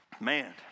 Man